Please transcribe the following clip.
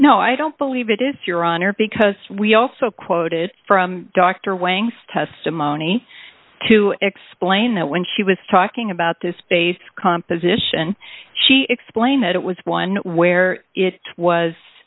no i don't believe it is your honor because we also quoted from dr wang's testimony to explain that when she was talking about this base composition she explained that it was one where it was